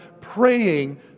praying